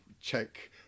check